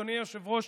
אדוני היושב-ראש,